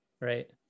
right